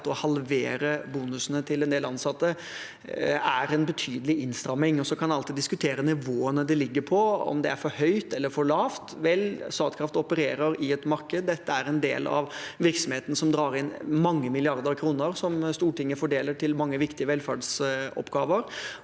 å halvere bonusene til en del ansatte er en betydelig innstramning. Så kan man alltid diskutere nivået de ligger på, om det er for høyt eller for lavt. Vel, Statkraft opererer i et marked, dette er en del av virksomheten som drar inn mange milliarder kroner som Stortinget fordeler til mange viktige velferdsoppgaver,